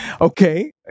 Okay